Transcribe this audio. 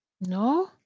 No